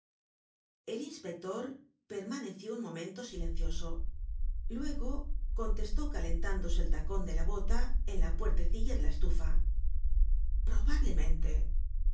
el inspector permaneció un momento silencioso luego contestó calentándose el tacon de la bota en la puertecillá de la estufa probablemente